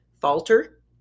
falter